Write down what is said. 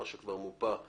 את מה שכבר מופה.